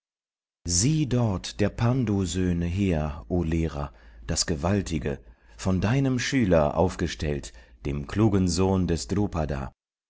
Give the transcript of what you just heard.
sieh dort der pndu söhne heer o lehrer das gewaltige von deinem schüler aufgestellt dem klugen sohn des drupada